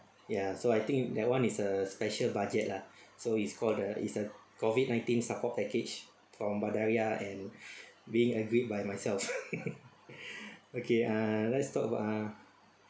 ya so I think that one is a special budget lah so is called the is the COVID nineteen support package from badariah and being agreed by myself okay uh let's talk about uh